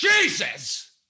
Jesus